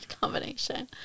combination